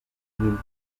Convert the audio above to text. une